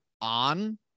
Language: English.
on